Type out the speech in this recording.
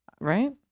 right